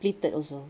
pleated also